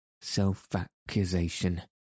self-accusation